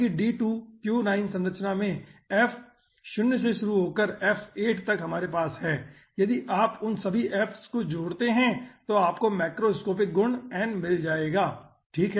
तो इसका मतलब है कि D2Q9 संरचना में f 0 से शुरू होकर f 8 तक हमारे पास है यदि आप उन सभी f's को जोड़ते हैं तो आपको मैक्रोस्कोपिक गुण n मिल जाएगा ठीक है